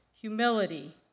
humility